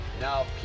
Now